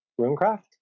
Runecraft